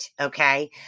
Okay